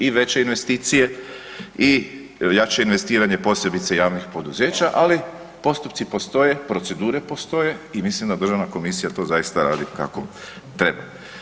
I veće investicije, i jače investiranje posebice javnih poduzeća ali postupci postoje, procedure postoje i mislim da Državna komisija to zaista radi kako treba.